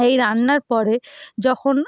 এই রান্নার পরে যখন